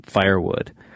firewood